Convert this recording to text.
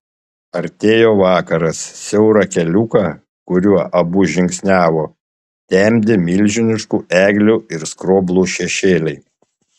artėjo vakaras siaurą keliuką kuriuo abu žingsniavo temdė milžiniškų eglių ir skroblų šešėliai